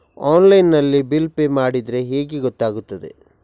Online ನಲ್ಲಿ bill pay ಮಾಡಿದ್ರೆ ಹೇಗೆ ಗೊತ್ತಾಗುತ್ತದೆ?